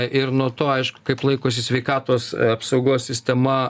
ir nuo to aišku kaip laikosi sveikatos apsaugos sistema